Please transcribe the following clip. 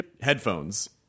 headphones